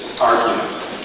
argument